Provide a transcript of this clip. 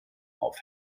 auf